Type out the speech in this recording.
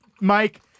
Mike